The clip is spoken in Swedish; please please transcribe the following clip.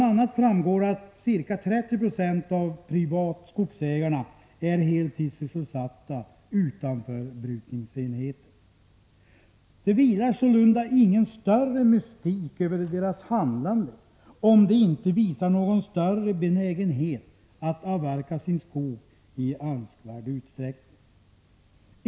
a. framgår att ca 30 70 av privatskogsägarna är heltidssysselsatta utanför brukningsenheten. Det vilar sålunda ingen större mystik över deras handlande om de inte visar någon större benägenhet att avverka sin skog i önskvärd utsträckning.